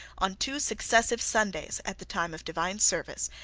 on two successive sundays at the time of divine service,